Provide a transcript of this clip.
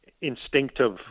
instinctive